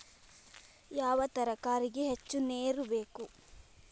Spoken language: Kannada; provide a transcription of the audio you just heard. ಯಾವ ತರಕಾರಿಗೆ ಹೆಚ್ಚು ನೇರು ಬೇಕು?